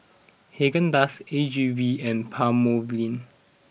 Haagen Dazs A G V and Palmolive